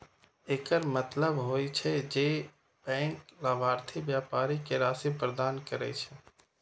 एकर मतलब होइ छै, जे बैंक लाभार्थी व्यापारी कें राशि प्रदान करै छै